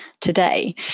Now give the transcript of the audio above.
today